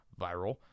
viral